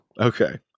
Okay